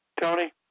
Tony